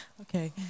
Okay